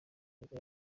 nibwo